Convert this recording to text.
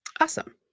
Awesome